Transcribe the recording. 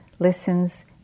listens